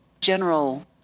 general